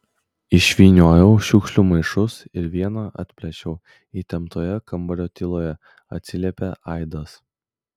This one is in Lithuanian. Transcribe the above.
išvyniojau šiukšlių maišus ir vieną atplėšiau įtemptoje kambario tyloje atsiliepė aidas